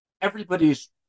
Everybody's